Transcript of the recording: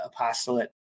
apostolate